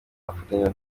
afatanyije